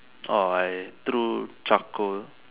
orh I threw charcoal